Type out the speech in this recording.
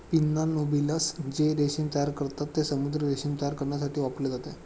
pinna nobilis जे रेशीम तयार करतात, ते समुद्री रेशीम तयार करण्यासाठी वापरले जाते